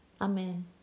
Amen